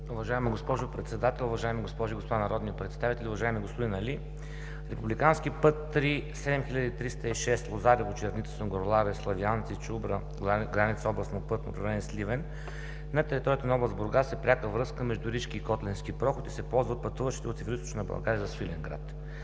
Уважаема госпожо Председател, уважаеми госпожи и господа народни представители! Уважаеми господин Али, Републикански път ІІІ-7306 Лозарево – Черница – Сунгурларе – Славянци – Чубра – граница с областно пътно управление Сливен, на територията на област Бургас, е пряка връзка между Ришки и Котленски проход и се ползва от пътуващите от Североизточна България за Свиленград.